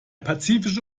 pazifische